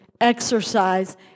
exercise